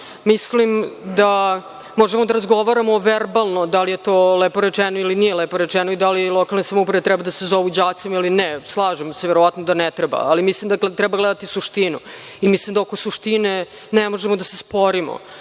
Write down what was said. mislim da možemo da razgovaramo verbalno da li je to lepo rečeno ili nije lepo rečeno i da li lokalne samouprave treba da se zovu đacima ili ne. Slažem se, verovatno da ne treba, ali mislim da treba gledati suštinu i mislim da oko suštine ne možemo da se sporimo,